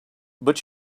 but